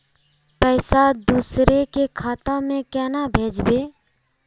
पैसा दूसरे के खाता में केना भेजबे?